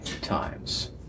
times